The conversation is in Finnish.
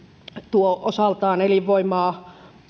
tuo osaltaan elinvoimaa